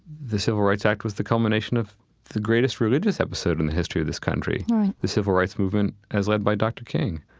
the civil rights act was the culmination of the greatest religious episode in the history of this country right the civil rights movement as led by dr. king,